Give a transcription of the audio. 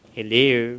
Hello